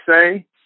say